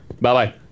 Bye-bye